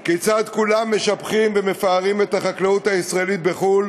כיצד כולם משבחים ומפארים את החקלאות הישראלית בחו"ל,